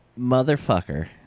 motherfucker